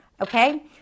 okay